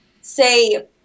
say